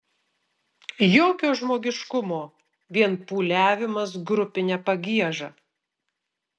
jokio žmogiškumo vien pūliavimas grupine pagieža